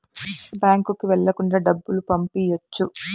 బ్యాంకుకి వెళ్ళకుండా డబ్బులు పంపియ్యొచ్చు